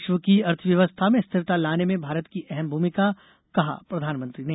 विश्व की अर्थव्यवस्था में स्थिरता लाने में भारत की अहम भूमिका कहा प्रधानमंत्री ने